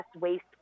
waste